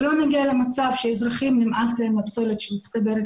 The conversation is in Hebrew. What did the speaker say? ולא נגיע למצב שלאזרחים נמאס מהפסולת שמצטברת